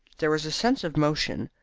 there was a sense of motion,